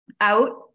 out